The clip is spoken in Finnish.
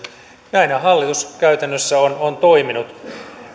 näinhän hallitus käytännössä on on toiminut